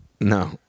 No